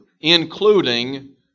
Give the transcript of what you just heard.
including